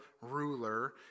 ruler